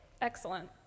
Excellent